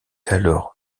alors